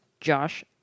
Josh